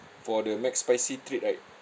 for the mcspicy treat right